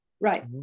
right